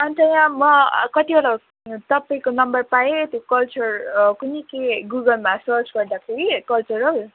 अन्त म कतिवटा तपाईँको नम्बर पाएँ त्यो कल्चर कुन्नी के गुगलमा सर्च गर्दाखेरि कल्चरल